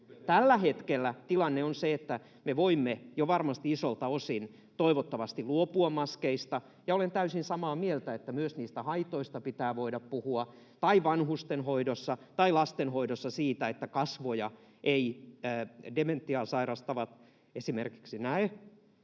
Tällä hetkellä tilanne on se, että me voimme jo varmasti isolta osin toivottavasti luopua maskeista, ja olen täysin samaa mieltä, että myös niistä haitoista pitää voida puhua, tai vanhustenhoidossa tai lastenhoidossa siitä, että kasvoja eivät esimerkiksi